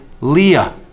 Leah